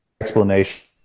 explanation